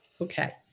Okay